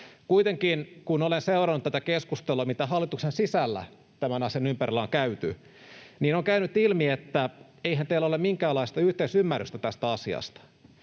Kuitenkin kun olen seurannut tätä keskustelua, mitä hallituksen sisällä tämän asian ympärillä on käyty, on käynyt ilmi, että eihän teillä ole minkäänlaista yhteisymmärrystä tästä asiasta.